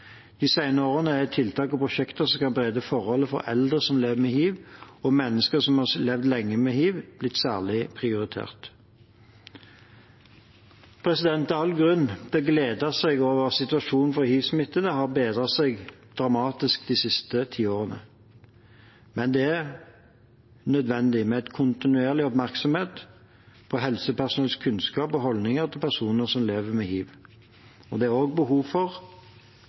De senere årene er tiltak og prosjekter som kan bedre forhold for eldre som lever med hiv, og mennesker som har levd lenge med hiv, blitt særlig prioritert. Det er all grunn til å glede seg over at situasjonen for hivsmittede har bedret seg dramatisk de siste tiårene, men det er nødvendig med kontinuerlig oppmerksomhet på helsepersonellets kunnskap om og holdninger til personer som lever med hiv. Det er også behov for